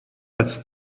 als